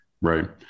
right